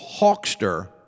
Hawkster